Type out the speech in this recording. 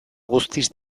guztiz